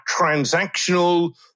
transactional